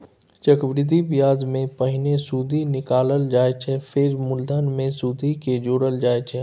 चक्रबृद्धि ब्याजमे पहिने सुदि निकालल जाइ छै फेर मुलधन मे सुदि केँ जोरल जाइ छै